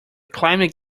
climbed